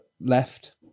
left